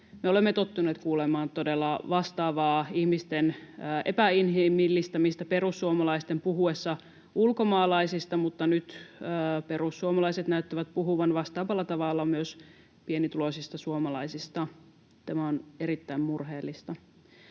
olemme tottuneet kuulemaan todella vastaavaa ihmisten epäinhimillistämistä perussuomalaisten puhuessa ulkomaalaisista, mutta nyt perussuomalaiset näyttävät puhuvan vastaavalla tavalla myös pienituloisista suomalaisista. Tämä on erittäin murheellista.